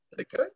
Okay